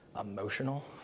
emotional